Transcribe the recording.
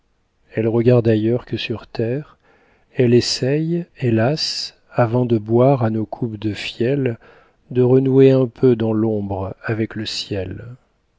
elle regarde ailleurs que sur terre elle essaie hélas avant de boire à nos coupes de fiel de renouer un peu dans l'ombre avec le ciel